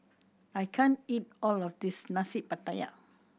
I can't eat all of this Nasi Pattaya